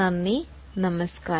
നമസ്തേ